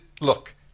Look